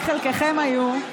רק חלקכם היו,